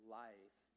life